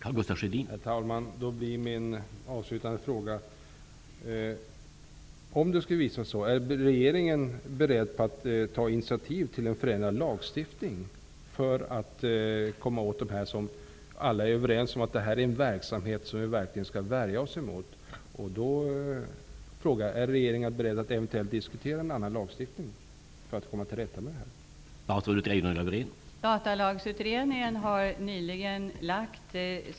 Herr talman! Min avslutande fråga blir då: Är regeringen beredd att ta initiativ till en förändrad lagstiftning? Alla är ju överens om att det gäller en verksamhet som vi verkligen skall värja oss emot. Är alltså regeringen beredd att eventuellt diskutera en annan lagstiftning för att vi skall kunna komma till rätta med missförhållandena i detta sammanhang?